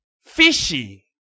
fishy